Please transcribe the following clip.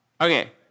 Okay